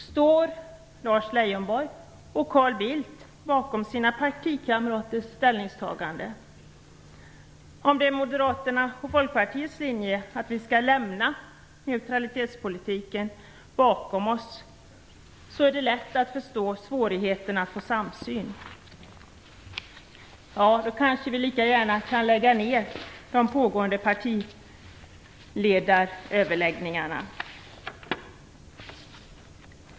Står Lars Leijonborg och Carl Bildt bakom sina partikamraters ställningstagande? Om Moderaternas och Folkpartiets linje är att vi skall lämna neutralitetspolitiken bakom oss är det lätt att förstå svårigheterna med att få en samsyn. Då kan vi kanske lika gärna lägga ner de pågående partiledaröverläggningarna.